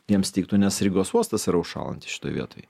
jiems tiktų nes rygos uostas yra užšąlantis šitoj vietoj